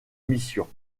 missions